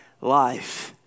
life